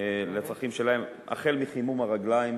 לצרכים שלהם, החל בחימום הרגליים